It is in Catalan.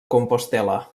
compostel·la